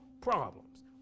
problems